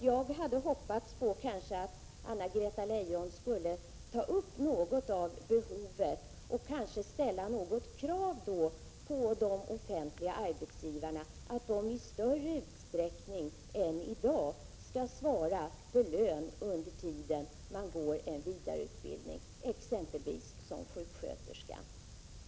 Jag hade hoppats att Anna-Greta Leijon kanske skulle ta upp behovet av vidareutbildning och kanske ställa något krav på de offentliga arbetsgivarna att i större utsträckning än i dag svara för lön under den tid man genomgår en vidareutbildning, exempelvis som sjuksköterska.